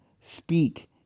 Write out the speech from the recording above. speak